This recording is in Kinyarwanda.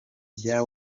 bya